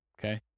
okay